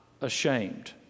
ashamed